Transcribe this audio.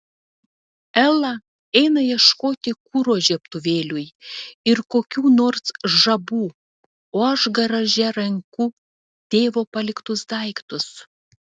ela eina ieškoti kuro žiebtuvėliui ir kokių nors žabų o aš garaže renku tėvo paliktus daiktus